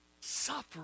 Suffer